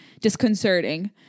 disconcerting